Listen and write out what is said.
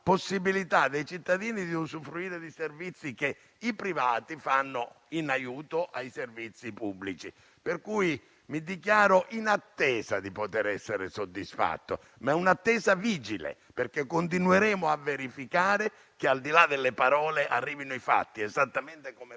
possibilità dei cittadini di usufruire di servizi che i privati forniscono in aiuto ai servizi pubblici. Mi dichiaro pertanto in attesa di poter essere soddisfatto, ma è un'attesa vigile, perché continueremo a verificare che, al di là delle parole, arrivino i fatti, esattamente come